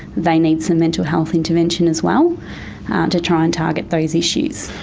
they need some mental health intervention as well to try and target those issues.